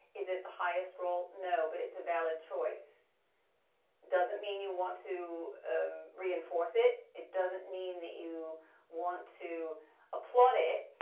is it the highest role? no, but it's a valid choice. it doesn't mean you want to reinforce it. it doesn't mean that you want to applaud it,